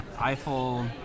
Eiffel